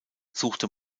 suchte